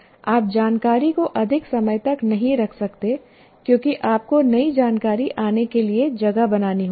आप जानकारी को अधिक समय तक नहीं रख सकते क्योंकि आपको नई जानकारी आने के लिए जगह बनानी होती है